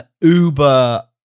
uber